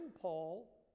Paul